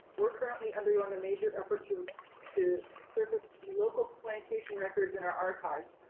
we're currently undergoing a major effort to to surface local plantation records in our archives.